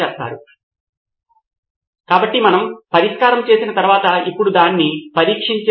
కాబట్టి మన learning management సిస్టమ్లేదా సమాచారము మేనేజ్మెంట్ సిస్టమ్ దానిలో పొందుపరచబడిన ఆన్లైన్ రిపోజిటరీని ఉపయోగించవచ్చు